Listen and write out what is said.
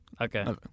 Okay